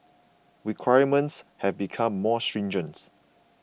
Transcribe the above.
requirements have become more stringent